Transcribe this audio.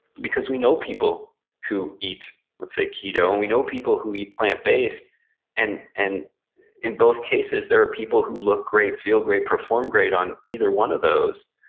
because we know people who eat let's say keto, and we know people who eat plant-based, and and in both cases there are people who look great, feel great, perform great on either one of those,